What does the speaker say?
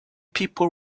people